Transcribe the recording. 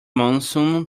monsoon